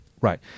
Right